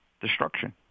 destruction